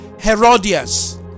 Herodias